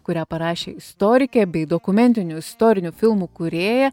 kurią parašė istorikė bei dokumentinių istorinių filmų kūrėja